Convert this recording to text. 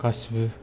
गासिबो